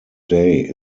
day